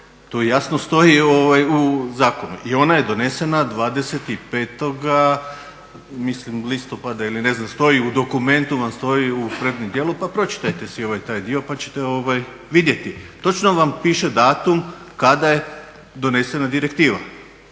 to jasno stoji u zakonu i ona je donesena 25. mislim listopada ili ne znam, stoji u dokumentu u … dijelu pa pročitajte si taj dio pa ćete vidjeti. Točno vam piše datum kada je donesena direktiva.